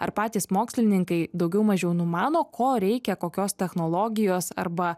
ar patys mokslininkai daugiau mažiau numano ko reikia kokios technologijos arba